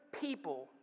people